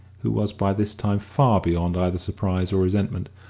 who was by this time far beyond either surprise or resentment.